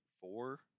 four